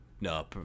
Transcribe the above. no